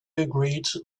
agreed